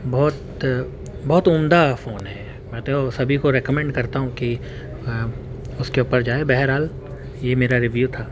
بہت بہت عمدہ فون ہے میں تو سبھی کو رکمنڈ کرتا ہوں کہ اس کے اوپر جائے بہر حال یہ میرا ریویو تھا